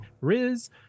Riz